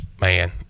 Man